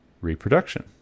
reproduction